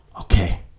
Okay